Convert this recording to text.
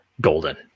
golden